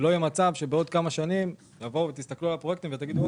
שלא יהיה מצב שבעוד כמה שנים תסתכלו על הפרויקטים ותגידו,